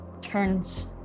turns